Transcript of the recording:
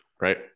Right